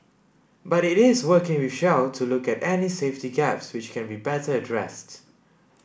but it is working with Shell to look at any safety gaps which can be better addressed